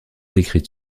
écrites